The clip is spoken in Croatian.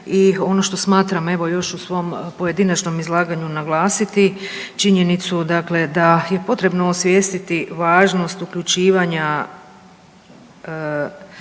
i ono što smatram evo još u svom pojedinačnom izlaganju naglasiti činjenicu dakle da je potrebno osvijestiti važnost uključivanja